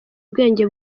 ubwenge